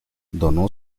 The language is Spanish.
donó